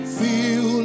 feel